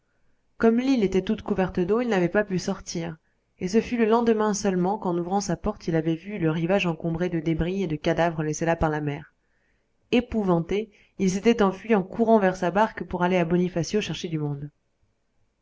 comme l'île était toute couverte d'eau il n'avait pas pu sortir et ce fut le lendemain seulement qu'en ouvrant sa porte il avait vu le rivage encombré de débris et de cadavres laissés là par la mer épouvanté il s'était enfui en courant vers sa barque pour aller à bonifacio chercher du monde